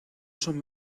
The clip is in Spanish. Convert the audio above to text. son